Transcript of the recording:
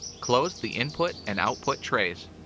close the input and output trays.